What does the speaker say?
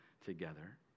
together